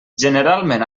generalment